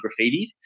graffitied